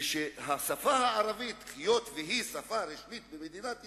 ושהשפה הערבית, היות שהיא שפה רשמית במדינת ישראל,